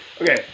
Okay